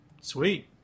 Sweet